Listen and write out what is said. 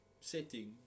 setting